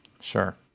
Sure